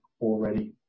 already